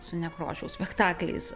su nekrošiaus spektakliais